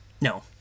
No